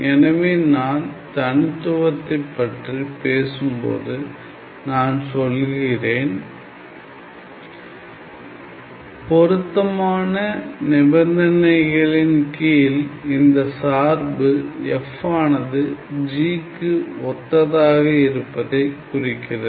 எனவே நான் தனித்துவத்தைப் பற்றிப் பேசும்போது நான் சொல்கிறேன் பொருத்தமான நிபந்தனைகளின் கீழ் இந்த சார்பு f ஆனது g க்கு ஒத்ததாக இருப்பதைக் குறிக்கிறது